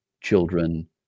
children